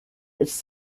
its